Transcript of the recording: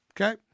Okay